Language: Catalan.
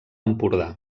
empordà